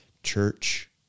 church